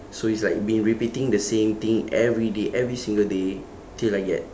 so it's like been repeating the same thing every day every single day till I get